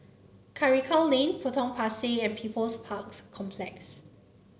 Karikal Lane Potong Pasir and People's Park Complex